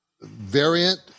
variant